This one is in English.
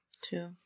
two